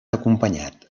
acompanyat